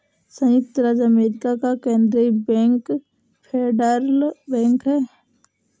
सयुक्त राज्य अमेरिका का केन्द्रीय बैंक फेडरल बैंक है